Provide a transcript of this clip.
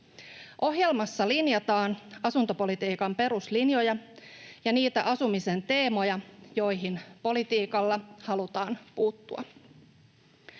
Ohjelmassa linjataan asuntopolitiikan peruslinjoja ja niitä asumisen teemoja, joihin politiikalla halutaan puuttua.